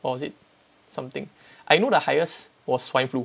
or was it something I know the highest was swine flu